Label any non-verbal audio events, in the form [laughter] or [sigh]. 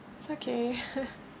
it's okay [laughs]